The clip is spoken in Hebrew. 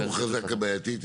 מה זה הוכרזה בבעייתית?